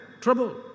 trouble